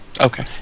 Okay